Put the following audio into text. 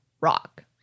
rock